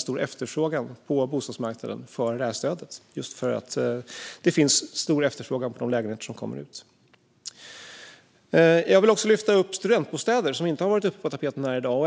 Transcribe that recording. stor efterfrågan på bostadsmarknaden för det här stödet, just därför att det finns en stor efterfrågan på de lägenheter som kommer ut. Jag vill också lyfta upp studentbostäderna, som inte har varit på tapeten i dag.